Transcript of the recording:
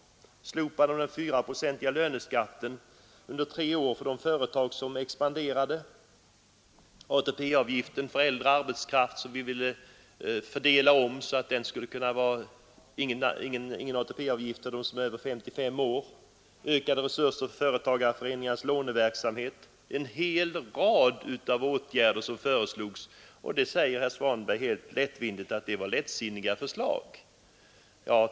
Likaså föreslog vi ett slopande av den fyraprocentiga löneskatten under tre år för de företag som expanderade samt att ingen ATP-avgift skulle utgå för anställda över 55 år. Vi föreslog också ökade resurser för företagarföreningarnas låneverksamhet och en hel rad andra åtgärder, som herr Svanberg alltså nu säger var bara lättsinniga förslag.